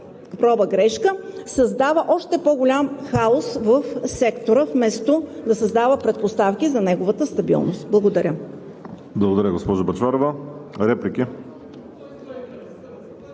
„проба-грешка“ създава още по-голям хаос в сектора, вместо да създава предпоставки за неговата стабилност. Благодаря.